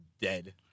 dead